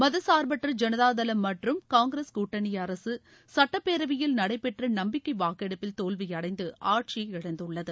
மதச்சார்பற்ற ஜனதாதளம் மற்றும் காங்கிரஸ் கூட்டணி அரசு சுட்டப்பேரவையில் நடைபெற்ற நம்பிக்கை வாக்கெடுப்பில் தோல்வியடைந்து ஆட்சியை இழந்துள்ளது